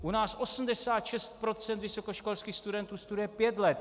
U nás 86 % vysokoškolských studentů studuje pět let.